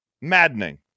Maddening